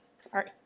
Sorry